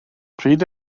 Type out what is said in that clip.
pryd